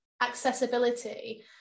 accessibility